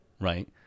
right